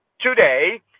today